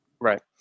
Right